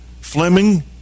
Fleming